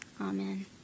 Amen